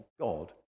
God